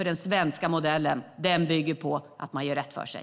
Den svenska modellen bygger på att man gör rätt för sig.